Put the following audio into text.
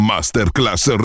Masterclass